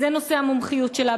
זה נושא המומחיות שלה,